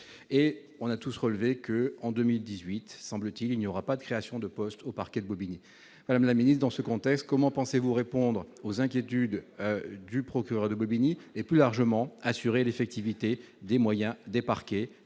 et on a tous relevé que, en 2018, semble-t-il, il n'y aura pas de créations de postes au parquet de Bobigny, madame la ministre, dans ce contexte, comment pensez-vous répondre aux inquiétudes du procureur de Bobigny et, plus largement, assurer l'effectivité des moyens des parquets,